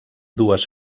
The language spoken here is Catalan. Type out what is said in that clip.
dues